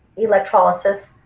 electrolysis,